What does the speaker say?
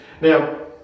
Now